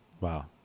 wow